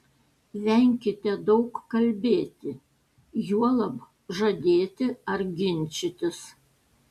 venkite daug kalbėti juolab žadėti ar ginčytis